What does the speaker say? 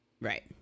Right